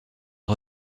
des